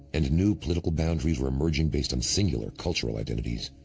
and new political boundaries were emerging based on singular, cultural identities.